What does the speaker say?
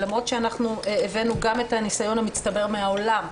למרות שאנחנו הבאנו גם את הניסיון המצטבר מן העולם.